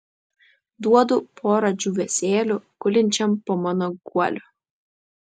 duodu porą džiūvėsėlių gulinčiam po mano guoliu